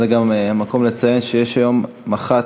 זה גם המקום לציין שיש היום מח"ט,